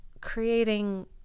creating –